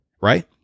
right